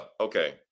Okay